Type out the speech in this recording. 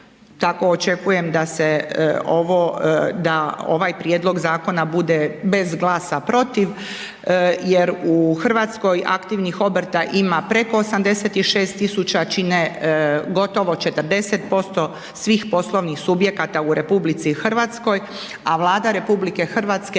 da očekujem da se ovo, da ovaj prijedlog zakona bude bez glasa protiv jer u Hrvatskoj aktivnih obrta ima preko 86 tisuća, čine gotovo 40% svih poslovnih subjekata u RH, a Vlada RH, ova